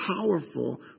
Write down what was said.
powerful